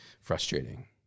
Frustrating